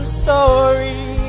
story